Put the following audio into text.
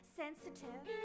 sensitive